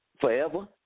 forever